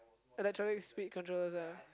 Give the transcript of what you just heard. uh that traffic speed controllers ah